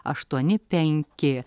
aštuoni penki